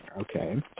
Okay